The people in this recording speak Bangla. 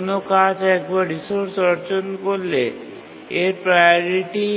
কোনও কাজ একবার রিসোর্স অর্জন করলে এর প্রাওরিটি